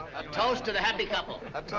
toast to the happy couple.